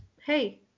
hey